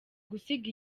gusiga